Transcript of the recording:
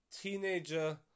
Teenager